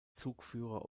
zugführer